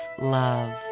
love